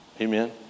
Amen